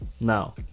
now